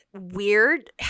weird